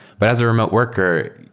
but as a remote worker,